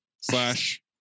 slash